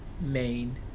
main